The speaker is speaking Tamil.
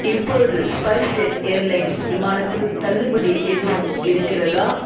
இப்போது ஸ்பைஸ்ஜெட் ஏர்லைன்ஸ் விமானத்தில் தள்ளுபடி எதுவும் இருக்கிறதா